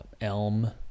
Elm